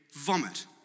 vomit